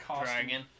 dragon